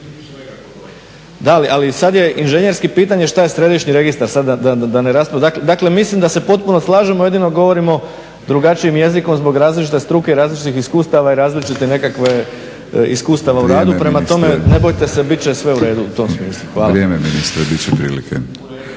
Da, ali sada je inženjerski pitanje šta je središnji registar sada da ne raspravljamo. Dakle mislim da se potpuno slažemo jedino govorimo drugačijim jezikom zbog različite struke i različitih iskustava i različite nekakve iskustava u radu, prema tome ne bojte se bit će sve uredu u tom smislu. Hvala. **Batinić, Milorad